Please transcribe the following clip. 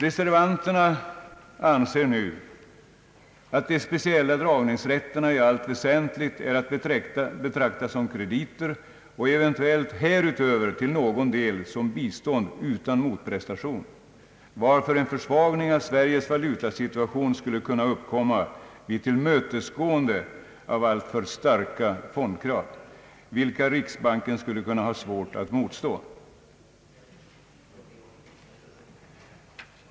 Reservanterna anser nu att »de speciella dragningsrätterna i allt väsentligt är att betrakta som krediter och eventuellt härutöver till någon del som bistånd utan motprestation, varför en försvagning av Sveriges valutasituation skulle kunna uppkomma vid tillmötesgående av alltför starka fondkrav, vilka riksbanken skulle kunna ha svårt att motstå».